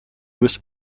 was